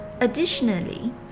Additionally